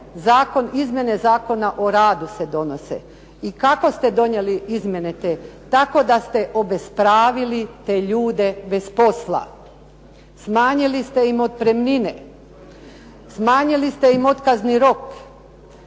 izmjena Zakona o radu. I kako ste donijeli izmjene te? Tako da ste obespravili te ljude bez posla. Smanjili ste im otpremnine, smanjili ste im otkazni rok,